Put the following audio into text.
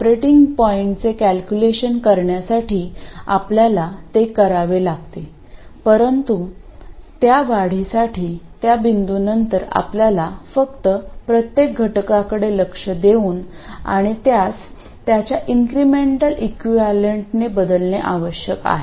operating पॉईंटचे calculation करण्यासाठी आपल्याला ते करावे लागेल परंतु त्या वाढीसाठी त्या बिंदूनंतर आपल्याला फक्त प्रत्येक घटकाकडे लक्ष देऊन आणि त्यास त्याच्या इन्क्रिमेंटल इक्विवलेंटने बदलणे आवश्यक आहे